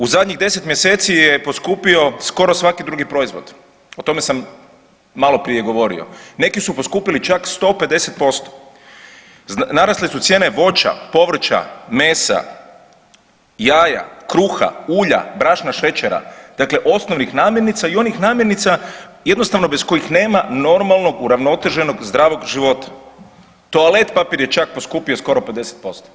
U zadnjih 10 mjeseci je poskupio skoro svaki drugi proizvod, o tome sam maloprije govorio, neki su poskupili čak 150%, narasle su cijene voća, povrća, mesa, jaja, kruha, ulja, brašna, šećera, dakle osnovnih namirnica i onih namirnica jednostavno bez kojih nema normalnog uravnoteženog zdravog života, toalet papir je čak poskupio skoro 50%